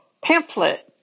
pamphlet